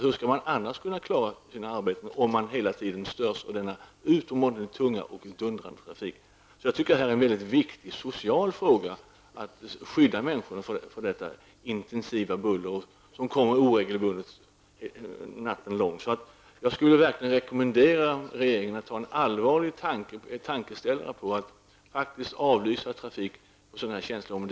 Hur skall de kunna klara sina arbeten, om de hela nätterna störs av denna utomordentligt tunga och dundrande trafik? Jag tycker det är viktigt socialt att skydda människorna från detta intensiva buller som uppträder oregelbundet natten lång. Jag vill verkligen rekommendera regeringen att allvarligt fundera över att avlysa trafik på sådana här känsliga områden.